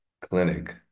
clinic